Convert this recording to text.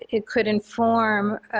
it could inform